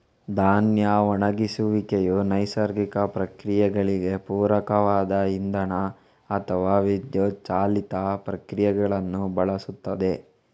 ಧಾನ್ಯ ಒಣಗಿಸುವಿಕೆಯು ನೈಸರ್ಗಿಕ ಪ್ರಕ್ರಿಯೆಗಳಿಗೆ ಪೂರಕವಾದ ಇಂಧನ ಅಥವಾ ವಿದ್ಯುತ್ ಚಾಲಿತ ಪ್ರಕ್ರಿಯೆಗಳನ್ನು ಬಳಸುತ್ತದೆ